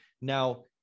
Now